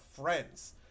friends